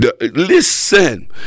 Listen